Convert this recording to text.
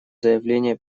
заявление